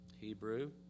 Hebrew